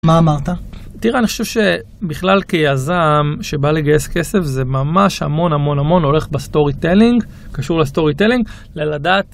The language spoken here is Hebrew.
מה אמרת? תראה, אני חושב שבכלל כיזם שבא לגייס כסף זה ממש המון המון המון הולך בסטורי טלינג, קשור לסטורי טלינג ללדעת...